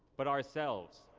but ourselves.